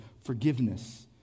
forgiveness